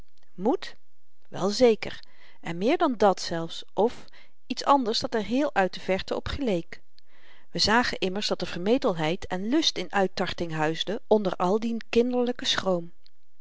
moed wel zeker en meer dan dàt zelfs of iets anders dat er heel uit de verte op geleek we zagen immers dat er vermetelheid en lust in uittarting huisde onder al dien kinderlyken schroom